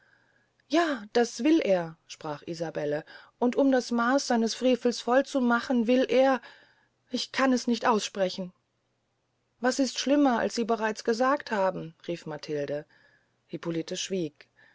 ja das will er sprach isabelle und um das maas seines frevels voll zu machen will er ich kann es nicht aussprechen was ist schlimmer als sie bereits gesagt haben rief matilde hippolite schwieg